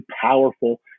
powerful